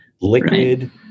liquid